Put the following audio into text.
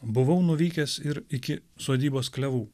buvau nuvykęs ir iki sodybos klevų